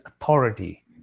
authority